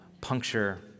puncture